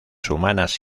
humanas